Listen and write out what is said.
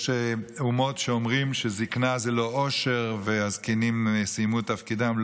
יש אומות שאומרות שזקנה זה לא עושר והזקנים סיימו את תפקידם.